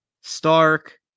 stark